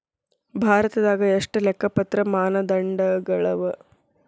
ಭಾರತದಾಗ ಎಷ್ಟ ಲೆಕ್ಕಪತ್ರ ಮಾನದಂಡಗಳವ?